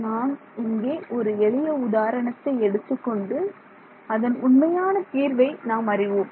நான் இங்கே ஒரு எளிய உதாரணத்தை எடுத்துக் கொண்டு அதன் உண்மையான தீர்வை நாம் அறிவோம்